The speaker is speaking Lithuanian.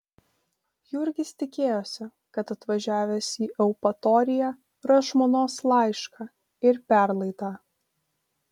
jurgis tikėjosi kad atvažiavęs į eupatoriją ras žmonos laišką ir perlaidą